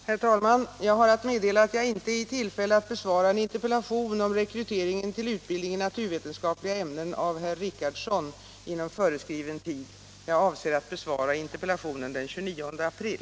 Herr talman! Jag har att meddela att jag inte är i tillfälle att besvara en interpellation om rekryteringen till utbildning i naturvetenskapliga ämnen av herr Richardson inom föreskriven tid. Jag avser att besvara interpellationen den 29 april.